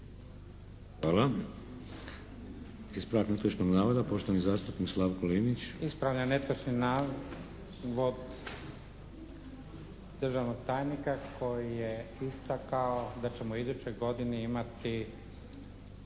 (SDP)** Ispravljam netočni navod državnog tajnika koji je istakao da ćemo iduće godine imati